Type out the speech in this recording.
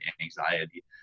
anxiety